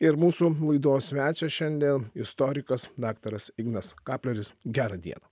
ir mūsų laidos svečias šiandie istorikas daktaras ignas kapleris gerą dieną